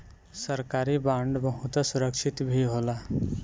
सरकारी बांड बहुते सुरक्षित भी होला